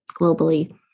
globally